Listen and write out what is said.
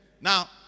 Now